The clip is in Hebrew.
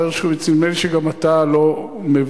השר הרשקוביץ, נדמה לי שגם אתה לא מבין,